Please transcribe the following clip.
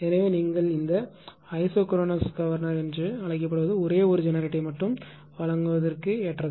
எனவே நீங்கள் இந்த ஐசோக்ரோனஸ் கவர்னர் என்று அழைக்கப்படுவது ஒரே ஒரு ஜெனரேட்டரை மட்டுமே வழங்குவதற்கு ஏற்றது